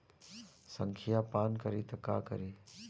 संखिया पान करी त का करी?